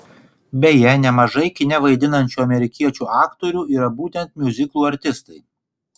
beje nemažai kine vaidinančių amerikiečių aktorių yra būtent miuziklų artistai